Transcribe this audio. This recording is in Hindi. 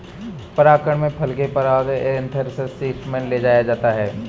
परागण में फल के पराग को एंथर से स्टिग्मा तक ले जाया जाता है